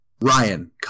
Ryan